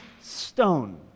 stone